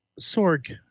Sorg